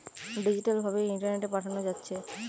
digital ভাবে ইন্টারনেটে পাঠানা যাচ্ছে